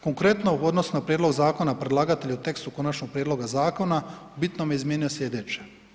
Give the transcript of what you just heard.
Konkretno, odnosno prijedlog zakona predlagatelj u tekstu konačnog prijedloga zakona u bitnome je izmijenio sljedeće.